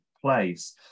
place